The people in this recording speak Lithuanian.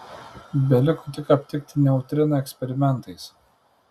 beliko tik aptikti neutriną eksperimentais